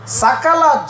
Sakala